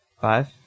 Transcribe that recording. Five